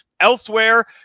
Elsewhere